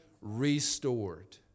restored